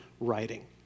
Writing